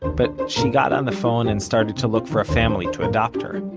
but she got on the phone, and started to look for a family to adopt her.